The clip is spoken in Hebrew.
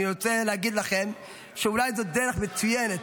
אני רוצה להגיד לכם שאולי זו דרך מצוינת,